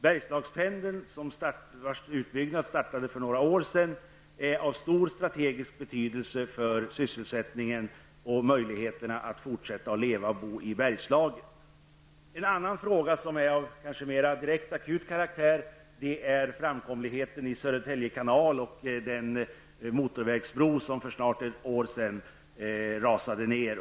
Bergslagspendeln, vars utbyggnad startade för några år sedan, är av stor strategisk betydelse för sysselsättningen och för möjligheterna att fortsätta att leva och bo i En annan fråga, som kanske är av mer akut karaktär, gäller framkomligheten i Södertälje kanal och den motorvägsbro som för snart ett år sedan rasade ner.